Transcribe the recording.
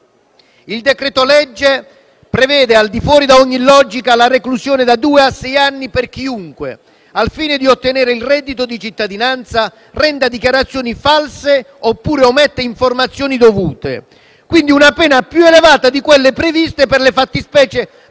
Il decreto-legge in esame prevede, al di fuori da ogni logica, la reclusione da due a sei anni per chiunque, al fine di ottenere il reddito di cittadinanza, renda dichiarazioni false oppure ometta informazioni dovute; si tratta quindi di una pena più elevata di quelle previste per le fattispecie delittuose